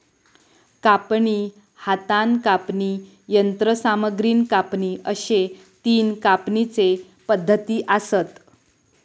कापणी, हातान कापणी, यंत्रसामग्रीन कापणी अश्ये तीन कापणीचे पद्धती आसत